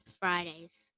Fridays